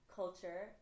culture